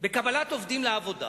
בקבלת עובדים לעבודה,